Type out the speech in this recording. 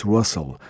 Russell